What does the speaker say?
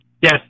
Yes